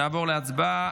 נעבור להצבעה.